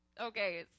Okay